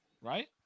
right